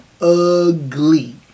ugly